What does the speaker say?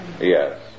Yes